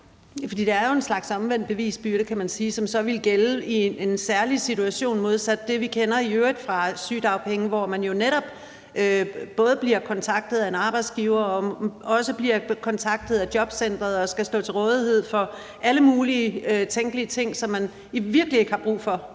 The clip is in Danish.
Det er jo en slags omvendt bevisbyrde, kan man sige, som så ville gælde i en særlig situation, modsat det, vi i øvrigt kender fra sygedagpengeområdet, hvor man netop både bliver kontaktet af en arbejdsgiver og også bliver kontaktet af jobcenteret og skal stå til rådighed for alle mulige tænkelige ting, som man virkelig ikke har brug for